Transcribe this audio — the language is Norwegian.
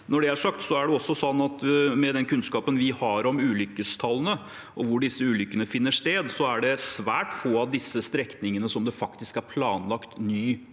Når det er sagt, er det også sånn at med den kunnskapen vi har om ulykkestallene og hvor disse ulykkene finner sted, er det svært få av disse strekningene som det faktisk er planlagt ny